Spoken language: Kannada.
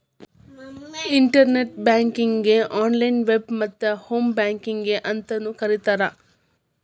ಇಂಟರ್ನೆಟ್ ಬ್ಯಾಂಕಿಂಗಗೆ ಆನ್ಲೈನ್ ವೆಬ್ ಮತ್ತ ಹೋಂ ಬ್ಯಾಂಕಿಂಗ್ ಅಂತಾನೂ ಕರಿತಾರ